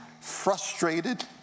frustrated